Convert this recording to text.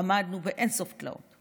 עמדנו באין-סוף תלאות.